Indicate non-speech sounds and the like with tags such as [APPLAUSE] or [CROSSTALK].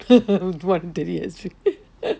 [LAUGHS] twenty years [LAUGHS]